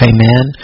Amen